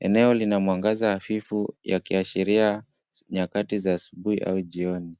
Eneo lina mwangaza hafifu yakiashiria nyakati za asubuhi au jioni.